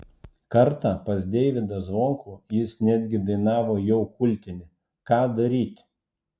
kartą pas deivydą zvonkų jis netgi dainavo jau kultinį ką daryti